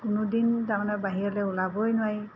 কোনোদিন তাৰ মানে বাহিৰলৈ ওলাবই নোৱাৰি